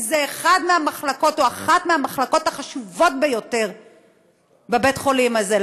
כי זו אחת מהמחלקות החשובות ביותר בבית-החולים הזה.